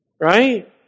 Right